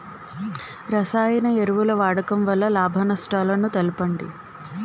రసాయన ఎరువుల వాడకం వల్ల లాభ నష్టాలను తెలపండి?